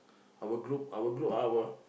our group our group our